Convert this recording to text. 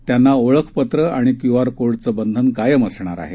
त्यांना ओळखपत्र आणि क्यू आर कोडचं बंधन कायम असणार आहे